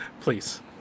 please